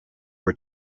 were